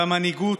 והמנהיגות,